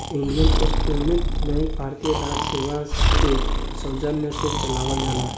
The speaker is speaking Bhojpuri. इंडियन पोस्ट पेमेंट बैंक भारतीय डाक सेवा के सौजन्य से चलावल जाला